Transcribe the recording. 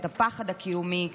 את הפחד הקיומי.